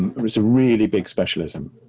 was a really big specialism.